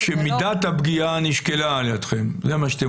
מידת הפגיעה נשקלה על ידיכם, זה מה שאתם אומרים?